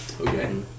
Okay